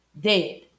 Dead